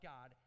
God